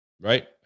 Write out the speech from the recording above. Right